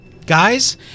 Guys